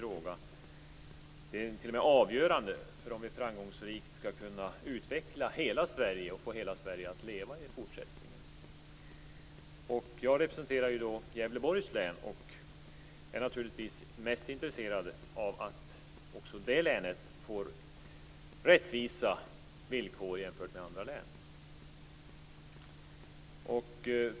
Det är t.o.m. avgörande för om vi framgångsrikt skall kunna utveckla hela Sverige och i fortsättningen få hela Sverige att leva. Jag representerar Gävleborgs län och är naturligtvis mest intresserad av att också det länet får rättvisa villkor jämfört med andra län.